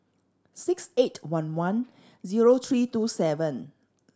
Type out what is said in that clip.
six eight one one zero three two seven